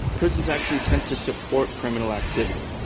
prisons actually tend to support criminal activity.